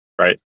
right